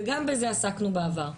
וגם בזה עסקנו בעבר.